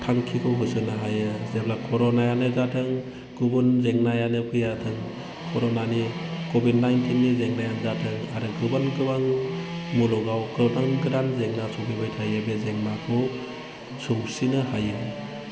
थांखिखौ होसोनो हायो जेब्ला कर'नायानो जाथों गुबुन जेंनायानो फैयाथों कर'नानि कभिड नाइन्टिननि जेंनायानो जाथों आरो गुबुन गोबां मुलुगाव गोदान गोदान जेंना सफैबाय थायो बे जेंनाखौ सौसिनो हायो